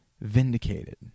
vindicated